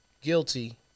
Guilty